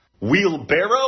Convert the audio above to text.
Wheelbarrow